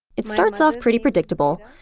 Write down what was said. it starts off pretty predictable,